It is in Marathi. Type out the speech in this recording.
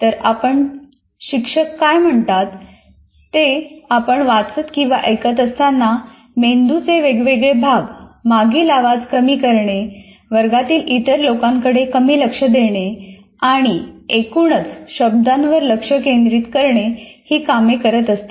तर आपण शिक्षक काय म्हणतात ते आपण वाचत किंवा ऐकत असताना मेंदूचे वेगवेगळे भाग मागील आवाज कमी करणे वर्गातील इतर लोकांकडे कमी लक्ष देणे आणि एकूणच शब्दांवर लक्ष केंद्रित करणे हि कामे करत असतात